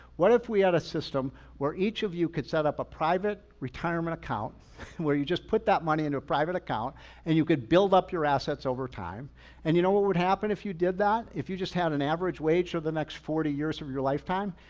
what if we had a system where each of you could set up a private retirement account where you just put that money into a private account and you could build up your assets over time and you know what would happen if you did that? if you just had an average wage for the next forty years of your lifetime?